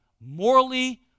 morally